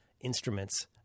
instruments